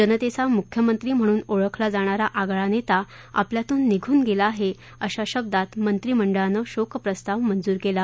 जनतेचा मुख्यमंत्री म्हणून ओळखला जाणारा आगळा नेता आपल्यातून निघून गेला आहे अशा शब्दात मंत्रिमंडळानं शोकप्रस्ताव मंजूर केला